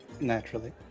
Naturally